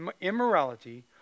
Immorality